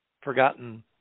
forgotten